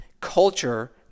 Culture